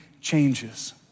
changes